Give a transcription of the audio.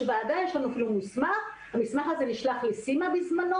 יש ועדה, יש לנו מסמך שבזמנו נשלח לסימה.